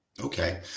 Okay